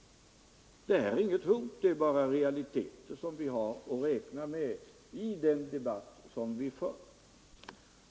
Det är inget hot. Det är bara de realiteter vi har att räkna med i den debatt vi för.